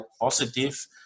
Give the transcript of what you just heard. positive